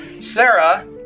Sarah